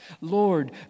Lord